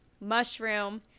mushroom